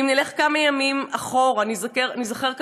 ואם נלך כמה ימים אחורה ניזכר,